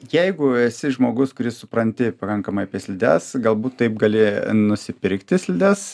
jeigu esi žmogus kuris supranti pakankamai apie slides galbūt taip gali nusipirkti slides